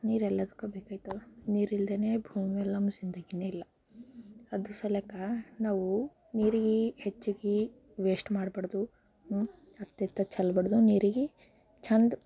ನೀರು ಎಲ್ಲದಕ್ಕೂ ಬೇಕಾಯ್ತದೆ ನೀರು ಇಲ್ಲದೇ ಭೂಮಿಯಲ್ಲಿ ನಮ್ಮ ಜಿಂದಗಿಯೇ ಇಲ್ಲ ಅದ್ರ್ಸಲೇಕ ನಾವು ನೀರಿಗೆ ಹೆಚ್ಚಾಗಿ ವೇಸ್ಟ್ ಮಾಡ್ಬಾರ್ದು ಅತ್ತಿತ್ತ ಚೆಲ್ಬಾರ್ದು ನೀರಿಗೆ ಚೆಂದ